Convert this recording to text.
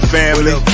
family